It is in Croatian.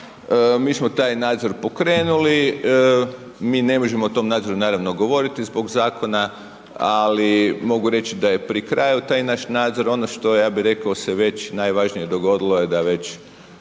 mi smo taj nadzor pokrenuli, mi ne možemo o tom nadzoru naravno govoriti, zbog Zakona, ali mogu reći da je pri kraju taj naš nadzor. Ono što je, ja bih rekao, se već najvažnije dogodilo, je da već